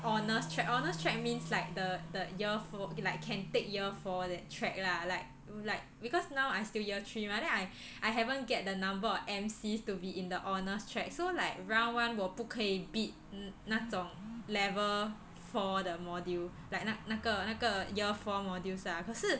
honours track honours track means like the the year four like can take year four that track lah like like because now I still year three mah then I I haven't get the number of M_Cs to be in the honours track so like round one 我不可以 bid 那种 level four 的 module like 那那个那个 year four modules lah 可是